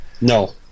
No